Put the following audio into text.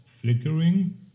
flickering